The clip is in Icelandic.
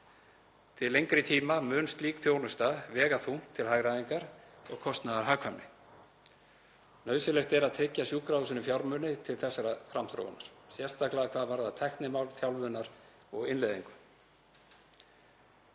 Til lengri tíma mun slík þjónusta vega þungt til hagræðingar og kostnaðarhagkvæmni. Nauðsynlegt er að tryggja sjúkrahúsinu fjármuni til þessarar framþróunar, sérstaklega hvað varðar tæknimál, þjálfun og innleiðingu.